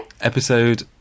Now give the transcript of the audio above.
episode